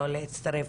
לא להצטרף.